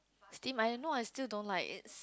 steam I don't know I still don't like it